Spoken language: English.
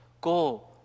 Go